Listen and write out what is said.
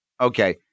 Okay